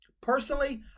Personally